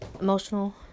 emotional